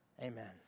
Amen